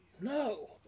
No